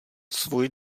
svůj